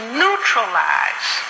neutralize